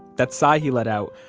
that sigh he let out,